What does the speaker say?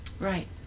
Right